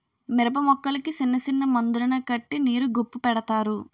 మిరపమొక్కలకి సిన్నసిన్న మందులను కట్టి నీరు గొప్పు పెడతారు